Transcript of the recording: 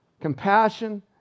compassion